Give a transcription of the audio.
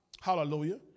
hallelujah